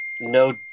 no